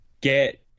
get